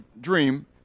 dream